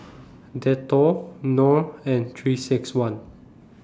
Dettol Knorr and three six one